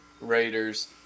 Raiders